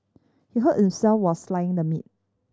he hurt himself while the meat